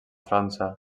frança